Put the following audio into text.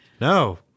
no